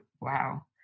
wow